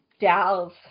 dolls